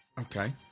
Okay